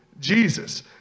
Jesus